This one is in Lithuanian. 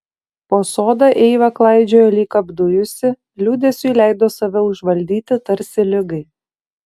po sodą eiva klaidžiojo lyg apdujusi liūdesiui leido save užvaldyti tarsi ligai